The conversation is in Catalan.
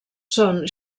són